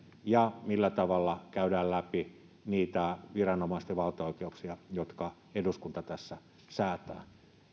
ja millä tavalla käydään läpi niitä viranomaisten valtaoikeuksia jotka eduskunta tässä säätää